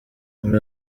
muri